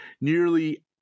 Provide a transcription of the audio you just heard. nearly